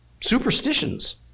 superstitions